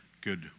good